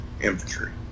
infantry